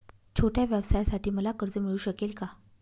छोट्या व्यवसायासाठी मला कर्ज मिळू शकेल का?